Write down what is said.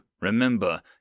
Remember